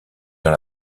dans